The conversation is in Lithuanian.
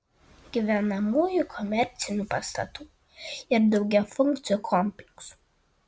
gyvenamųjų komercinių pastatų ir daugiafunkcių kompleksų